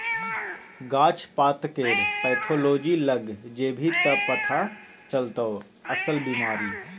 गाछ पातकेर पैथोलॉजी लग जेभी त पथा चलतौ अस्सल बिमारी